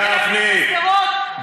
ילדים בשדרות,